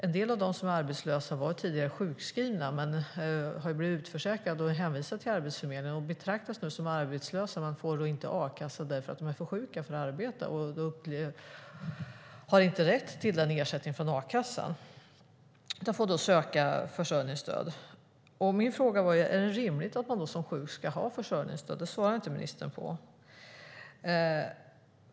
En del av dem som är arbetslösa var tidigare sjukskrivna, men de har blivit utförsäkrade och hänvisade till Arbetsförmedlingen. De betraktas nu som arbetslösa men får inte a-kassa eftersom de är för sjuka för att arbeta. De har inte rätt till ersättning från a-kassan utan får söka försörjningsstöd. Min fråga var om det är rimligt att man som sjuk ska ha försörjningsstöd. Det svarade inte ministern på.